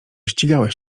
ścigałeś